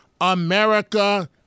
America